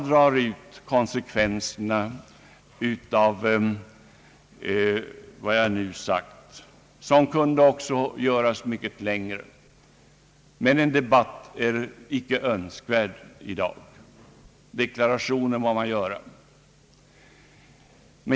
Det kunde vara mycket mera att säga, men en debatt är icke önskvärd i dag, även om deklarationer må göras.